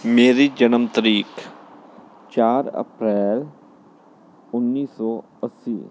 ਮੇਰੀ ਜਨਮ ਤਰੀਕ ਚਾਰ ਅਪ੍ਰੈਲ ਉੱਨੀ ਸੌ ਅੱਸੀ